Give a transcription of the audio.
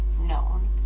known